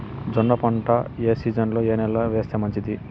జొన్న పంట ఏ సీజన్లో, ఏ నెల లో వేస్తే మంచిది?